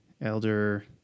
Elder